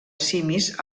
simis